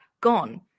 gone